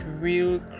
real